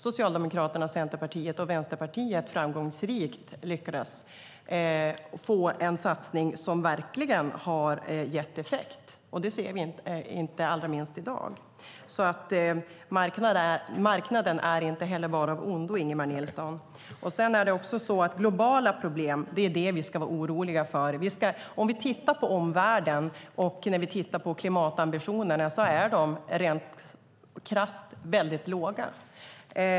Socialdemokraterna, Centerpartiet och Vänsterpartiet lyckades framgångsrikt få en satsning som verkligen har gett effekt. Det ser vi inte allra minst i dag. Marknaden är inte bara av ondo, Ingemar Nilsson. Globala problem är det vi ska vara oroliga för. Vi kan titta på omvärlden. När vi tittar på klimatambitionerna ser vi att de rent krasst är väldigt låga.